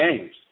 games